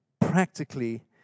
practically